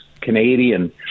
Canadian